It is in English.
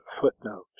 footnote